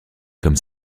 comme